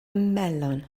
melon